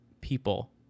people